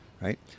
right